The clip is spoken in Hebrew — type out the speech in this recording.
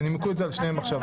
ונימקו את זה על שניהם עכשיו,